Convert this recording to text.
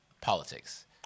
politics